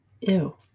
Ew